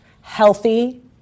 healthy